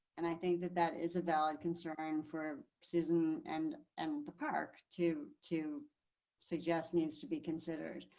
and i think that that is a valid concern for susan and and the park to to suggest needs to be considered.